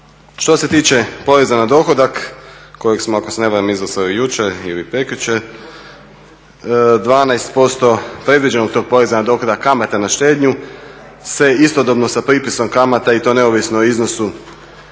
Što se tiče poreza na dohodak kojeg smo ako se ne varam izglasali jučer ili prekjučer 12% predviđenog tog poreza na dohodak od kamata na štednju se istodobno sa pripisom kamata i to neovisno o iznosu